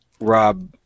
Rob